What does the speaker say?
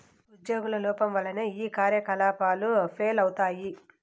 ఉజ్యోగుల లోపం వల్లనే ఈ కార్యకలాపాలు ఫెయిల్ అయితయి